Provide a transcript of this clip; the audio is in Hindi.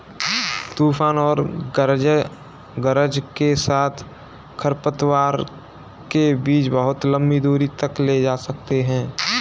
तूफान और गरज के साथ खरपतवार के बीज बहुत लंबी दूरी तक ले जा सकते हैं